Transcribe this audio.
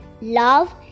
love